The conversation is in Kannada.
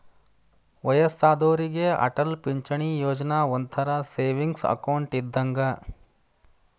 ವಯ್ಯಸ್ಸಾದೋರಿಗೆ ಅಟಲ್ ಪಿಂಚಣಿ ಯೋಜನಾ ಒಂಥರಾ ಸೇವಿಂಗ್ಸ್ ಅಕೌಂಟ್ ಇದ್ದಂಗ